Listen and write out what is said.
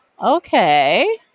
Okay